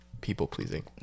people-pleasing